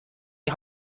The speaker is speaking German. die